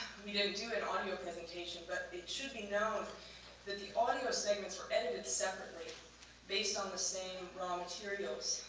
we didn't do an audio presentation, but it should be known that the audio segments and and and separately based on the same raw materials.